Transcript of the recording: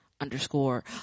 underscore